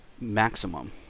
Maximum